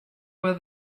where